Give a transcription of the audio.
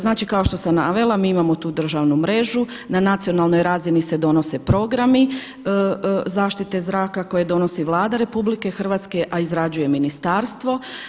Znači kao što sam navela, mi imamo tu državnu mrežu na nacionalnoj razini se donose programi zaštite zraka koje donosi Vlada RH, a izrađuje ministarstvo.